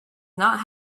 not